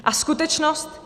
A skutečnost?